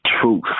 truth